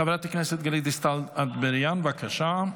חברת הכנסת גלית דיסטל אטבריאן, בבקשה.